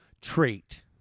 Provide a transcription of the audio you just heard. trait